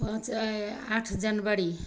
पाँच आठ जनवरी